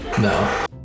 no